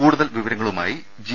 കൂടുതൽ വിവരങ്ങളുമായി ജി